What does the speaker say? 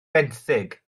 benthyg